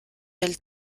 del